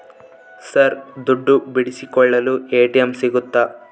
Sir ದುಡ್ಡು ಬಿಡಿಸಿಕೊಳ್ಳಲು ATM ಸಿಗುತ್ತಾ?